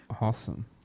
Awesome